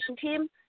Team